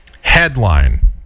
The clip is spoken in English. Headline